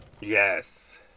Yes